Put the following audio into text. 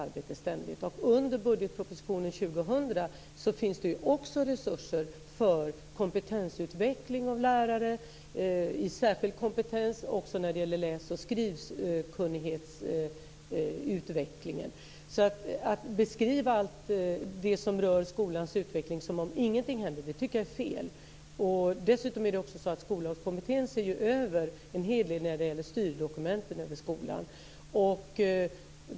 Under budgetpropositionen 2000 finns resurser för kompetensutveckling av lärare med särskild kompetens och utveckling av läs och skrivkunnighet. Det är fel att beskriva det som att det inte är någon utveckling av skolan. Skollagskommittén ser över styrdokumenten för skolan.